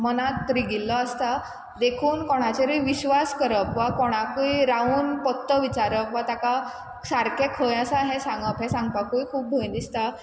मनांत रिगिल्लो आसता देखून कोणाचेरूय विश्वास करप वा कोणाकय रावून पत्तो विचारप वा ताका सारकें खंय आसा हें सांगप हें सांगपाकूय खूब भंय दिसता